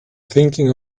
thinking